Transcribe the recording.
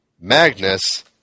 Magnus